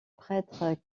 prêtre